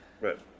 Right